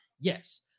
Yes